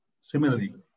Similarly